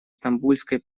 стамбульской